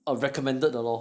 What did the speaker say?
a recommended 的 lor